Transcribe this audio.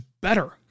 better